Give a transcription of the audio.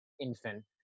infant